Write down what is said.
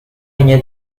hanya